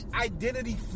identity